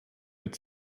mit